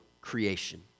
creation